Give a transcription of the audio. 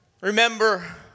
Remember